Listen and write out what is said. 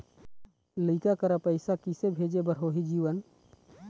लइका करा पैसा किसे भेजे बार होही जीवन